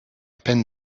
peine